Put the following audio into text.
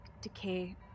decay